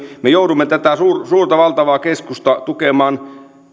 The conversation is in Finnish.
me joudumme tätä suurta valtavaa keskustaa tukemaan